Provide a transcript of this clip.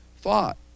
thought